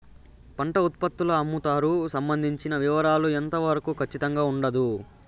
పంట ఉత్పత్తుల అమ్ముతారు సంబంధించిన వివరాలు ఎంత వరకు ఖచ్చితంగా ఉండదు?